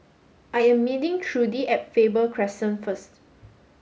I am meeting Trudi at Faber Crescent first